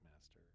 master